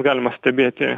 galima stebėti